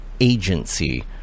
agency